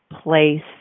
place